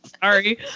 Sorry